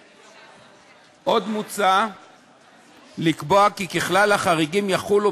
עוד מוצע לקבוע כי ככלל החריגים יחולו